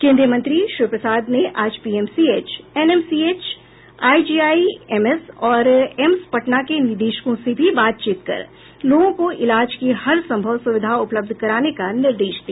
केन्द्रीय मंत्री श्री प्रसाद ने आज पीएमसीएच एनएमसीएच आईजीआईएमएस और एम्स पटना के निदेशकों से भी बातचीत कर लोगों को इलाज की हर संभव सुविधा उपलब्ध कराने का निर्देश दिया